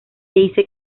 dice